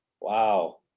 Wow